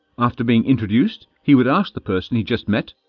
after being introduced he would ask the person he just met.